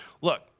look